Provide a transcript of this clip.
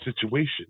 situation